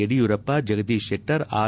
Yediyurappa Jagadish Shettar R